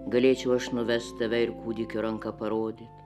galėčiau aš nuvest tave ir kūdikio ranka parodyt